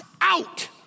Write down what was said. out